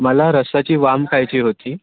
मला रश्शाची वाम खायची होती